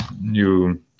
new